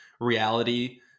reality